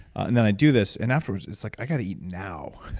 and then i do this. and afterwards, it's like i gotta eat now,